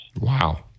Wow